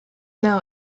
now